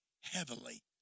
heavily